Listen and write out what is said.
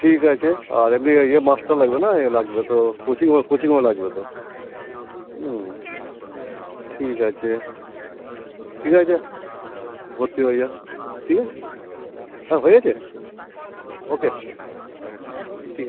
ঠিক আছে আর এমনি এই এ মাস্টার লাগবে না ইয়ে লাগবে তো কোচিংও কোচিংও লাগবে তো হুম ঠিক আছে ঠিক আছে হুম ভর্তি হয়ে যা ঠিক আছে হ্যাঁ হয়ে গেছে ওকে ঠিক হ্যাঁ